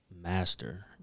master